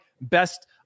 best